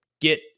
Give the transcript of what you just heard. get